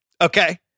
Okay